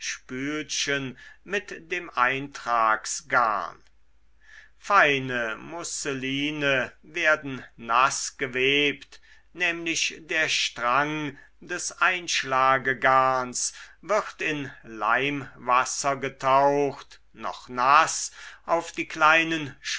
spülchen mit dem eintragsgarn feine musseline werden naß gewebt nämlich der strang des einschlagegarns wird in leimwasser getaucht noch naß auf die kleinen